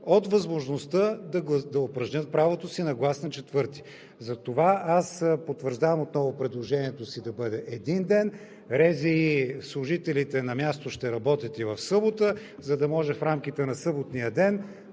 от възможността да упражнят правото си на глас на 4-ти. Затова аз потвърждавам отново предложението си да бъде един ден, служителите на РЗИ на място ще работят и в събота, за да може в рамките на съботния ден